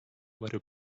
water